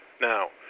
Now